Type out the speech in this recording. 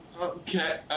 Okay